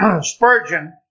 Spurgeon